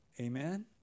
Amen